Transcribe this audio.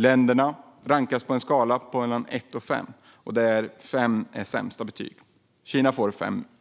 Länderna rankas på en skala mellan 1 och 5, där 5 är sämst. Kina får